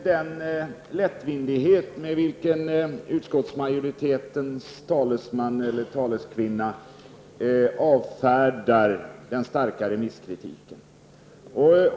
Herr talman! Jag beklagar den lättvindighet med vilken utskottsmajoritetens talesman avfärdar den starkare remisskritiken.